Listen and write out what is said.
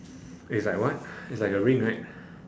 wait is like what it's like a ring right